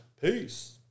Peace